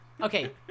Okay